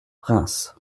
reims